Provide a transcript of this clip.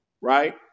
Right